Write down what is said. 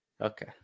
Okay